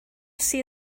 see